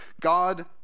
God